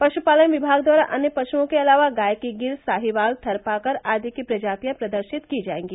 पशुपालन विभाग द्वारा अन्य पशुओं के अलावा गाय की गिर साहीवाल थरपाकर आदि की प्रजातियां प्रदर्शित की जायेंगी